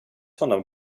honom